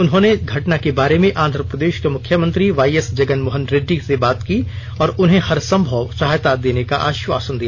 उन्होंने घटना के बारे में आंध्र प्रदेश के मुख्यमंत्री वाई एस जगन मोहन रेड्डी से बात की और उन्हें हरसंभव सहायता देने का आश्वासन दिया